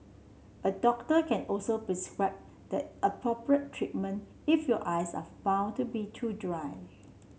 a doctor can also prescribe the appropriate treatment if your eyes are found to be too dry